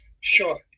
sure